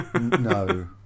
No